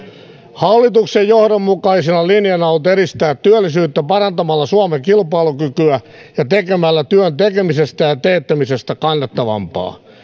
hallituksen johdonmukaisena linjana on ollut edistää työllisyyttä parantamalla suomen kilpailukykyä ja tekemällä työn tekemisestä ja teettämisestä kannattavampaa